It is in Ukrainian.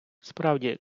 справді